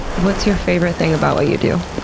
what's your favorite thing about what you do?